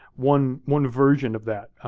one one version of that,